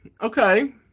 okay